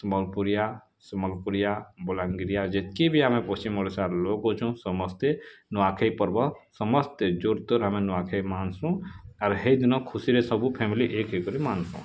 ସମ୍ବଲପୁରିଆ ସମ୍ବଲପୁରିଆ ବଲାଙ୍ଗୀରିଆ ଯେତ୍କି ବି ଆମେ ପଶ୍ଚିମ୍ ଓଡ଼ିଶାର୍ ଲୋକ୍ ଅଛୁଁ ସମସ୍ତେ ନୂଆଖାଇ ପର୍ବ ସମସ୍ତେ ଜୋର୍ ତୋର୍ ଆମେ ନୂଆଖାଇ ମନାସୁଁ ଆର୍ ହେ ଦିନ ଖୁସିରେ ସବୁ ଫ୍ୟାମିଲି ଏକ୍ ହୋଇକରି ମାନ୍ସୁଁ